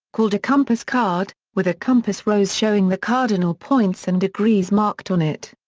called a compass card, with a compass rose showing the cardinal points and degrees marked on it.